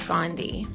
Gandhi